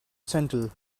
zehntel